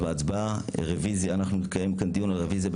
הצבעה הרוויזיה לא נתקבלה הרוויזיה לא התקבלה.